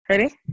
Ready